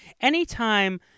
anytime